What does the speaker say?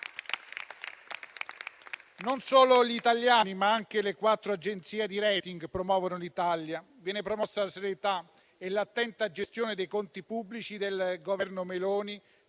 Non solo gli italiani, ma anche le quattro agenzie di *rating* promuovono l'Italia. Vengono promosse la serietà e l'attenta gestione dei conti pubblici del Governo Meloni,